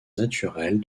naturelle